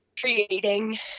creating